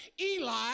Eli